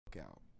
out